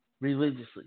religiously